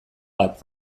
bat